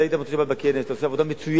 אתה היית במוצאי-שבת בכנס ואתה עושה עבודה מצוינת